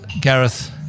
Gareth